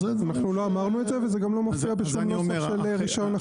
אנחנו לא אמרנו את זה וזה גם לא מופיע בשום נוסח של רישיון אחר.